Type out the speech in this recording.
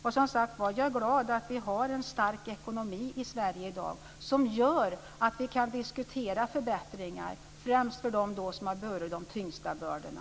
Och som sagt var, jag är glad att vi har en stark ekonomi i Sverige i dag som gör att vi kan diskutera förbättringar främst för dem som har burit de tyngsta bördorna.